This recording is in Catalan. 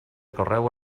correu